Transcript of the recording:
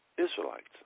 Israelites